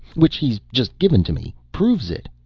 which he's just given to me, proves it.